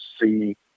see